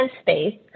space